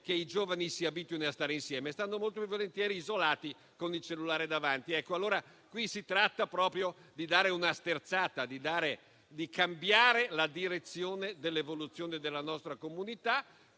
che i giovani si abituino a stare insieme: stanno molto più volentieri isolati, con il cellulare davanti. Qui si tratta allora di dare proprio una sterzata e di cambiare la direzione in cui si evolve la nostra comunità.